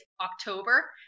October